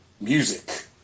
music